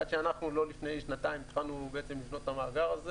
עד שאנחנו לפני שנתיים התחלנו לבנות את המאגר הזה